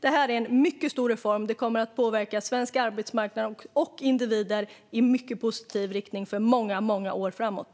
Det här är en mycket stor reform som kommer att påverka arbetsmarknad och individer i Sverige i en mycket positiv riktning för många år framåt.